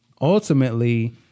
ultimately